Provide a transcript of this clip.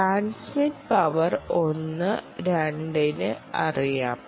transmit power 1 2 ന് അറിയാം